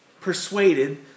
persuaded